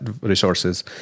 resources